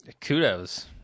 Kudos